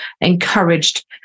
encouraged